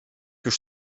już